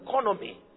economy